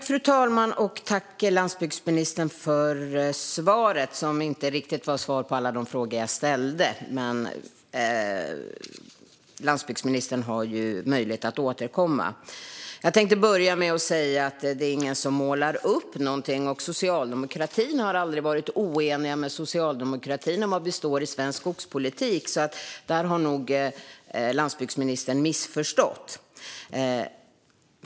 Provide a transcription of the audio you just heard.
Fru talman! Tack för svaret, landsbygdsministern! Det var inte riktigt svar på alla frågor jag ställde, men landsbygdsministern har ju möjlighet att återkomma. Jag vill börja med att säga att det inte är någon som målar upp någonting. Inom socialdemokratin har vi aldrig varit oeniga om var vi står i svensk skogspolitik. Det har nog landsbygdsministern missförstått.